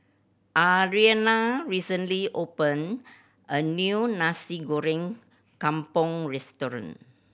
Alaina recently opened a new Nasi Goreng Kampung restaurant